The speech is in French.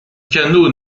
canot